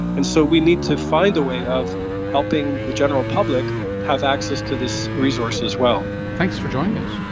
and so we need to find a way of helping the general public have access to this resource as well. thanks for joining us.